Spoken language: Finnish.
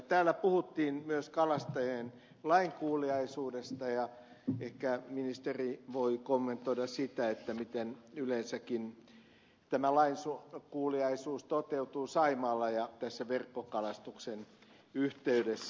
täällä puhuttiin myös kalastajien lainkuuliaisuudesta ja ehkä ministeri voi kommentoida sitä miten yleensäkin tämä lainkuuliaisuus toteutuu saimaalla ja tässä verkkokalastuksen yhteydessä